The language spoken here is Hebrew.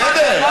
בסדר,